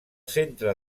centre